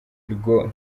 rwo